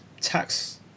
Tax